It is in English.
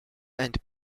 and